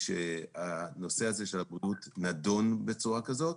שנושא הבריאות נדון בצורה כזאת,